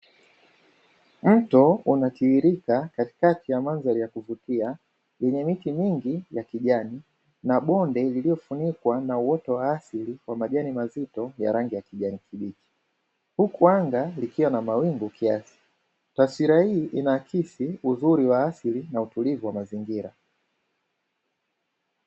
Mto unatirirka katikati ya mandhari ya kuvutia, yenye miti mingi ya kijani na bonde lililofunikwa na uoto wa asili wa majani mazito ya rangi ya kijani kibichi, huku anga likiwa na mawingu kiasi. Taswira hii inaakisi uzuri wa asili na utuliviu wa mazingira.